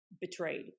betrayed